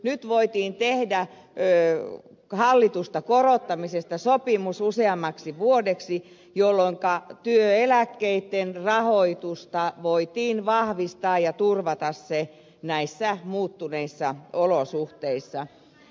nyt voitiin tehdä hallitusta korottamisesta sopimus useaksi vuodeksi jolloinka työeläkkeitten rahoitusta voitiin vahvistaa ja turvata se näissä muuttuneissa olosuhteissa